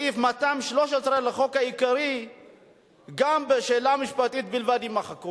בסעיף 213 לחוק העיקרי גם כן המלים "בשאלה המשפטית בלבד" יימחקו.